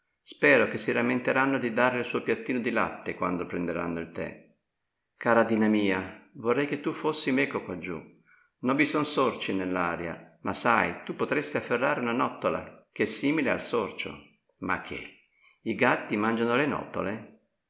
spero che si rammenteranno di darle il suo piattino di latte quando prenderanno il tè cara dina mia vorrei che tu fossi meco quaggiù non vi son sorci nell'aria ma sai tu potresti afferrare una nottola ch'è simile al sorcio ma che i gatti mangiano le nottole